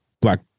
Black